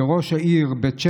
כראש העיר בית שמש,